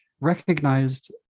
recognized